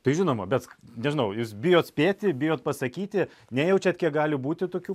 tai žinoma bet nežinau jūs bijo atspėti bijot pasakyti nejaučiat kiek gali būti tokių